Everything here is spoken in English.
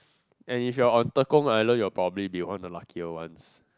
and if you are on Tekong island you will probably be one of the luckier ones